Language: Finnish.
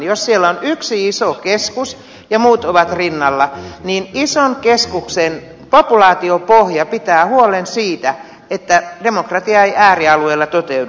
jos siellä on yksi iso keskus ja muut ovat rinnalla niin ison keskuksen populaatiopohja pitää huolen siitä että demokratia ei äärialueilla toteudu